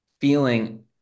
feeling